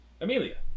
amelia